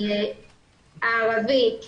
הערבי.